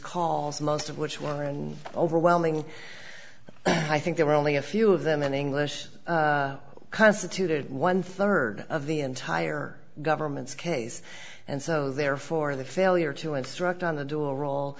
calls most of which were overwhelming i think there were only a few of them in english constituted one third of the entire government's case and so therefore the failure to instruct on the dual rol